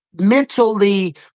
mentally